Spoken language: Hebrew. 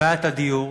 בעיית הדיור.